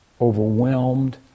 overwhelmed